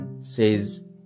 Says